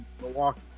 Milwaukee